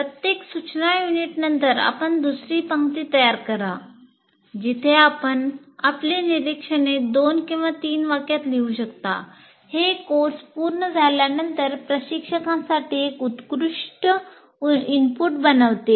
प्रत्येक सूचना युनिटनंतर आपण दुसरी पंक्ती तयार करा बनवते